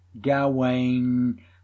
Gawain